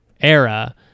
era